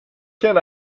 can